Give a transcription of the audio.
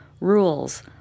rules